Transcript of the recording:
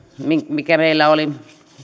mikä meillä oli